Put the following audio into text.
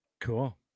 Cool